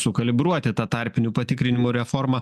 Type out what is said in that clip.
sukalibruoti tą tarpinių patikrinimų reformą